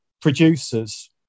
producers